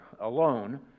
alone